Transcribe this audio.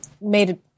made